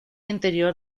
interior